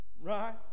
right